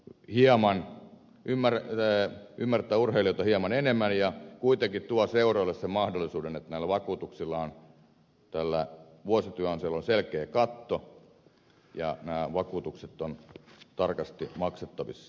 se ymmärtää urheilijoita hieman enemmän ja kuitenkin tuo seuroille sen mahdollisuuden että vuosityöansiolla on selkeä katto ja vakuutukset ovat tarkasti maksettavissa